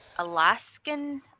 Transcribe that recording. Alaskan